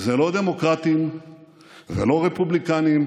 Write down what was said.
אלה לא דמוקרטים ולא רפובליקנים,